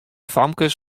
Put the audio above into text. famkes